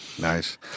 Nice